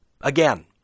again